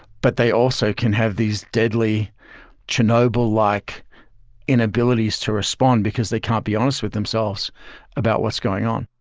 but they also can have these deadly chernobyl like inabilities to respond because they can't be honest with themselves about what's going on.